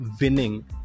winning